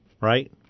right